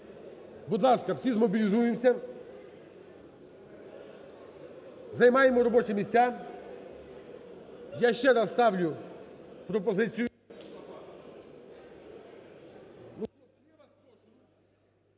Будь ласка, всі змобілізуємося, займаємо робочі місця. Я ще раз ставлю пропозицію.